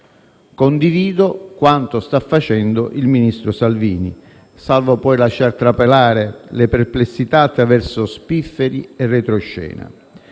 «Condivido quanto sta facendo il ministro Salvini»; salvo poi lasciar trapelare le perplessità attraverso spifferi e retroscena.